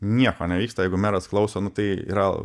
nieko nevyksta jeigu meras klauso nu tai yra